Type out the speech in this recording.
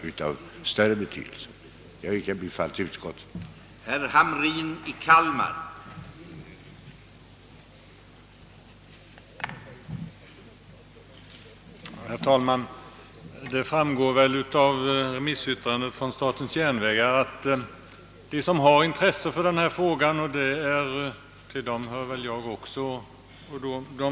Jag ber att få yrka bifall till utskottets hemställan.